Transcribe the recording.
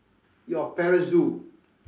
your parents do